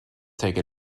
take